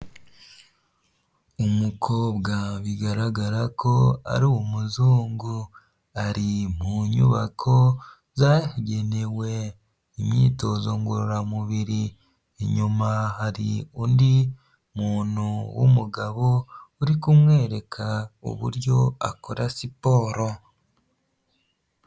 Umukobwa bigaragara ko ari umuzungu ari mu nyubako zagenewe imyitozo ngororamubiri, inyuma hari undi muntu w'umugabo uri kumwereka uburyo akora siporo.